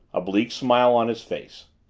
a bleak smile on his face.